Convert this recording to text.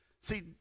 see